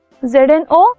ZNO